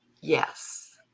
Yes